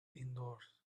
indoors